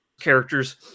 characters